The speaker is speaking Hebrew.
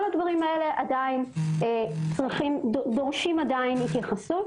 כל הדברים האלה דורשים עדיין התייחסות.